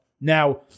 Now